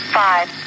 five